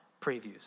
previews